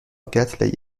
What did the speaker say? قتل